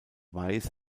weiß